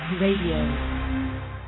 Radio